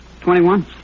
Twenty-one